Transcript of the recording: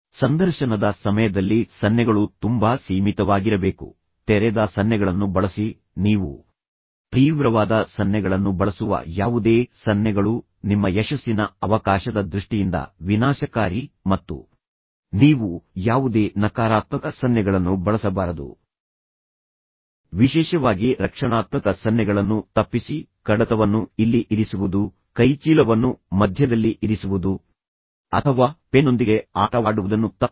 ಸಂದರ್ಶನದ ಸಮಯದಲ್ಲಿ ಸನ್ನೆಗಳು ತುಂಬಾ ಸೀಮಿತವಾಗಿರಬೇಕು ತೆರೆದ ಸನ್ನೆಗಳನ್ನು ಬಳಸಿ ನೀವು ತೀವ್ರವಾದ ಸನ್ನೆಗಳನ್ನು ಬಳಸುವ ಯಾವುದೇ ಸನ್ನೆಗಳು ನಿಮ್ಮ ಯಶಸ್ಸಿನ ಅವಕಾಶದ ದೃಷ್ಟಿಯಿಂದ ವಿನಾಶಕಾರಿ ಮತ್ತು ನೀವು ಯಾವುದೇ ನಕಾರಾತ್ಮಕ ಸನ್ನೆಗಳನ್ನು ಬಳಸ ಬಾರದು ವಿಶೇಷವಾಗಿ ರಕ್ಷಣಾತ್ಮಕ ಸನ್ನೆಗಳನ್ನು ತಪ್ಪಿಸಿ ಕಡತವನ್ನು ಇಲ್ಲಿ ಇರಿಸುವುದು ಕೈಚೀಲವನ್ನು ಮಧ್ಯದಲ್ಲಿ ಇರಿಸುವುದು ಅಥವಾ ಪೆನ್ನೊಂದಿಗೆ ಆಟವಾಡುವುದನ್ನು ತಪ್ಪಿಸಿ